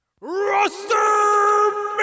Roster